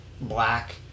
black